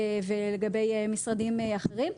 ולגבי משרדים אחרים.